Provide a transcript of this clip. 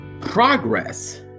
progress